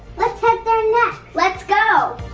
let's head there next! let's go!